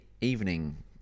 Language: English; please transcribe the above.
evening